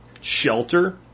shelter